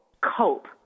cope